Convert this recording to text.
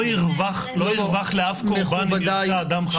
לא ירווח לאף קורבן אם יורשע אדם חף מפשע.